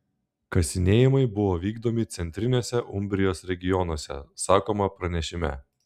kasinėjimai buvo vykdomi centriniuose umbrijos regionuose sakoma pranešime